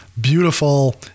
beautiful